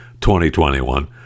2021